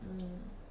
um